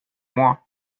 mois